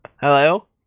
Hello